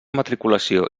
matriculació